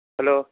hello